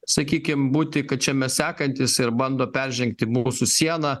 sakykim būti kad čia mes sekantys ir bando peržengti mūsų sieną